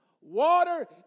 Water